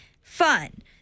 Fun